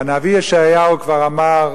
והנביא ישעיהו כבר אמר: